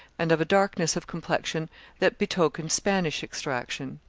and of a darkness of complexion that betokened spanish extraction.